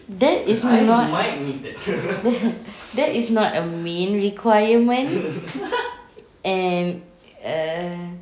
that is not that is not a main requirement and err